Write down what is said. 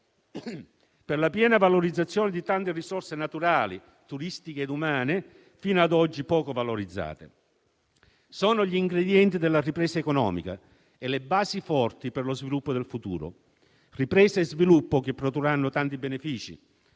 per la piena valorizzazione di tante risorse naturali, turistiche e umane, fino ad oggi poco valorizzate. Sono gli ingredienti della ripresa economica e le basi forti per lo sviluppo del futuro; ripresa e sviluppo che produrranno tanti benefici.